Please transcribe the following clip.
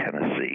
Tennessee